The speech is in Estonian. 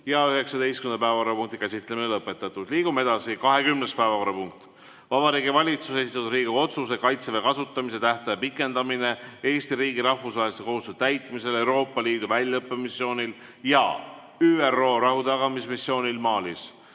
ja 19. päevakorrapunkti käsitlemine lõpetatud. Liigume edasi. 20. päevakorrapunkt on Vabariigi Valitsuse esitatud Riigikogu otsuse "Kaitseväe kasutamise tähtaja pikendamine Eesti riigi rahvusvaheliste kohustuste täitmisel Euroopa Liidu väljaõppemissioonil ja ÜRO rahutagamismissioonil Malis"